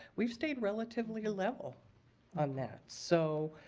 we've stayed relatively level on that. so,